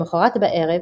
למחרת בערב,